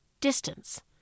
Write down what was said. distance